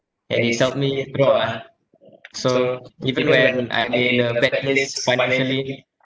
and it's helped me ah so even when I'm in a bad place financially